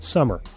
Summer